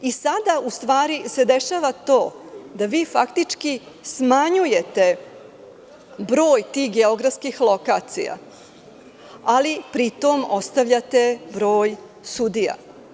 I sada ustvari se dešava to da vi faktički smanjujete broj tih geografskih lokacija, ali pritom ostavljate broj sudija.